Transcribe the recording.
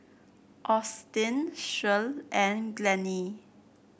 Austin Shirl and Glennie